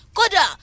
Koda